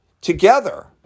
together